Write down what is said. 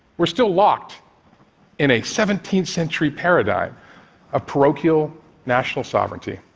we're still locked in a seventeenth century paradigm of parochial national sovereignty.